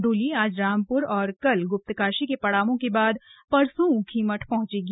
डोली आज रामप्र और कल ग्प्तकाशी के पड़ावों के बाद परसो ऊखीमठ पहंचेगी